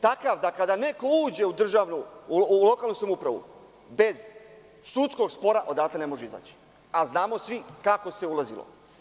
Tako da kada neko uđe u lokalnu samoupravu bez sudskog spora odatle ne može da izađe, a znamo svi kako se ulazilo.